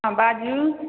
हँ बाजू